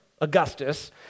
Augustus